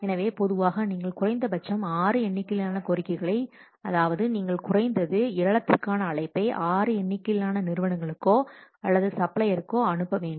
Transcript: எனவே பொதுவாக நீங்கள் குறைந்தபட்சம் ஆறு எண்ணிக்கையிலான கோரிக்கைகளை அதாவது நீங்கள் குறைந்தது ஏலத்திற்கான அழைப்பை ஆறு எண்ணிக்கையிலான நிறுவனங்களுக்கோ அல்லது சப்ளைகோ அனுப்ப வேண்டும்